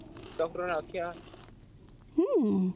doctor नै आक्खेया